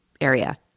area